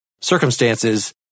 circumstances